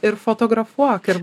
ir fotografuok ir